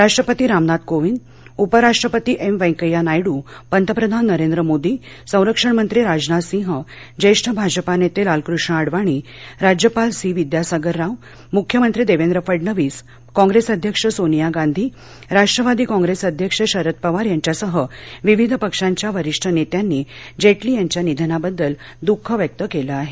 राष्ट्रपती रामनाथ कोविंद उपराष्ट्रपती एम वेंकय्या नायडू पंतप्रधान नरेंद्र मोदी संरक्षणमंत्री राजनाथसिंह ज्येष्ठ भाजपा नेते लालकृष्ण अडवाणी राज्यपाल सी विद्यासागर राव मुख्यमंत्री देवेंद्र फडणवीस कॉप्रेस अध्यक्ष सोनिया गांधी राष्ट्रवादी कॉप्रेस अध्यक्ष शरद पवार यांच्यासह विविध पक्षांच्या वरिष्ठ नेत्यांनी जेटली यांच्या निधनाबद्दल दूख व्यक्त केलं आहे